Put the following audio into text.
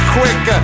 Quick